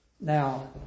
Now